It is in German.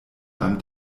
beim